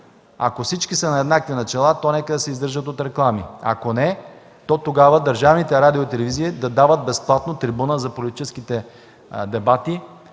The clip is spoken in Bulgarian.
Ако всички са на еднакви начала, то нека да се издържат от реклами. Ако не, тогава държавните радио и телевизия да дават безплатна трибуна за политическите дебати